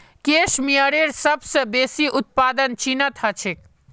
case मेयरेर सबस बेसी उत्पादन चीनत ह छेक